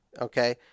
Okay